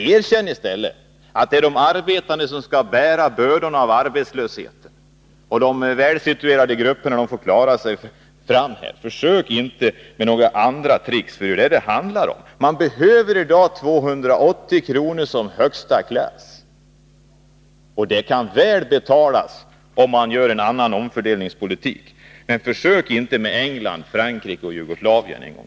Erkänn i stället att ni vill att de arbetslösa skall bära bördorna av arbetslösheten och de välsituerade grupperna skall klara sig bättre. Försök inte med några tricks — det är detta det handlar om! Man behöver i dag en högsta klass med 280 kr. i ersättning, och det kan väl betalas med en annan omfördelningspolitik. Försök inte en gång till hänvisa till England, Frankrike och Jugoslavien!